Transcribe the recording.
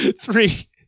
Three